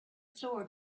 floor